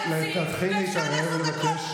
כי הכסף צומח על העצים ואפשר לעשות הכול,